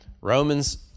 Romans